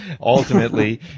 ultimately